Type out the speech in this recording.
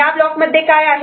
या ब्लॉकमध्ये काय आहे